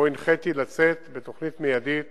ובו הנחיתי לצאת בתוכנית מיידית